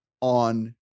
on